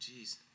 jeez